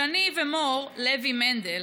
שני ומור לוי מנדל